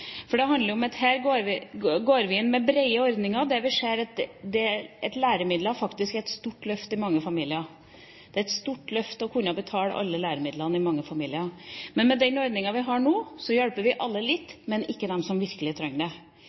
For det handler om at her går vi inn med brede ordninger der vi ser at læremidler faktisk er et stort løft – det er et stort løft for mange familier å kunne betale alle læremidlene. Med den ordningen vi har nå, hjelper vi alle litt, men ikke dem som virkelig trenger det.